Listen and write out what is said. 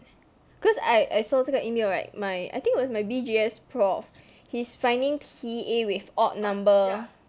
cause I I saw 这个 email right my I think was my B_G_S prof he's finding T_A with odd number